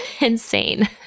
insane